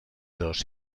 dos